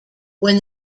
when